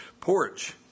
porch